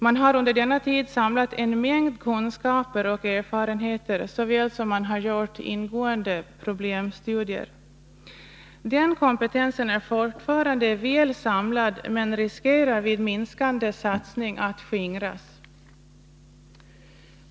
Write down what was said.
Man har under denna tid samlat en mängd kunskaper och erfarenheter lika väl som man gjort ingående problemstudier. Den kompetensen är fortfarande väl samlad men riskerar vid minskande satsning att skingras.